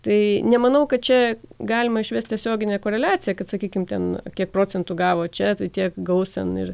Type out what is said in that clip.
tai nemanau kad čia galima išvis tiesioginė koreliacija kad sakykim ten kiek procentų gavo čia tiek gaus ten ir